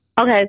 Okay